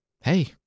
Hey